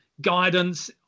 guidance